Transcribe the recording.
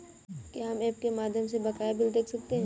क्या हम ऐप के माध्यम से बकाया बिल देख सकते हैं?